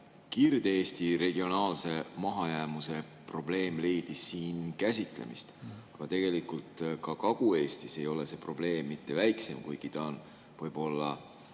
Kirde-Eesti regionaalse mahajäämuse probleem leidis siin käsitlemist, aga tegelikult ka Kagu-Eestis ei ole see probleem mitte väiksem, kuigi ta on võib-olla